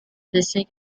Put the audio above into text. distinct